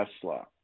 Tesla